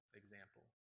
example